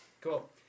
Cool